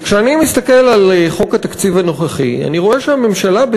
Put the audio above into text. כשאני מסתכל על חוק התקציב הנוכחי אני רואה שהממשלה,